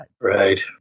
Right